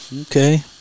okay